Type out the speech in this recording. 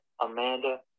Amanda